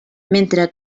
mentre